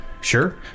Sure